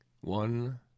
One